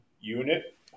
unit